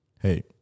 hey